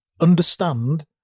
understand